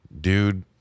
dude